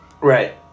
Right